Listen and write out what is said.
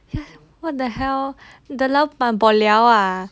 what the hell the 老板 bo liao ah